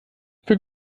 viel